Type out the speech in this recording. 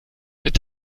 mit